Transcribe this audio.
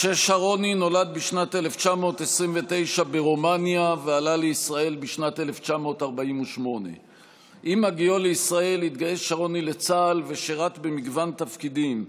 משה שרוני נולד בשנת 1929 ברומניה ועלה לישראל בשנת 1948. עם הגיעו לישראל התגייס שרוני לצה"ל ושירת במגוון תפקידים,